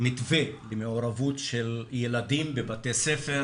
מתווה למעורבות של ילדים בבתי ספר